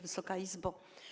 Wysoka Izbo!